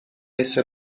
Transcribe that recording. essa